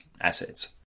assets